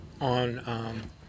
on